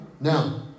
Now